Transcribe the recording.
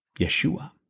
Yeshua